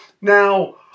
Now